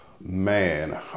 Man